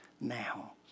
now